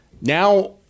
Now